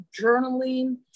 journaling